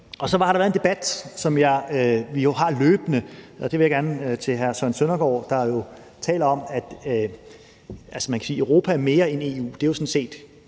Så har der været en debat, som vi jo har løbende, og der vil jeg gerne sige til hr. Søren Søndergaard, der jo taler om, at Europa er mere end EU: